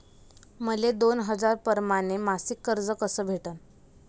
मले दोन हजार परमाने मासिक कर्ज कस भेटन?